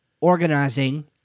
organizing